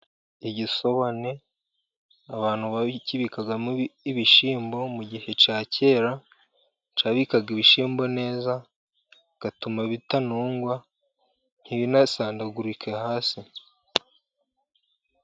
Igisobane abantu bakibikagamo ibishyimbo mu gihe cya kera, cyabikaga ibishyimbo neza kigatuma bitanundwa, ntibinasandagurike hasi.